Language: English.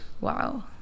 Wow